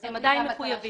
הם עדיין מחויבים.